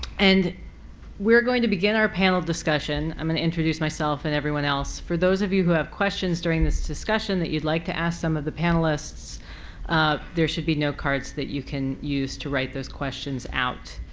and we're going to begin our panel discussion. i'm going to introduce myself and everyone else. for those of you who have questions during this discussion that you'd like to ask some of the panelists there should be note cards that you can use to write those questions out.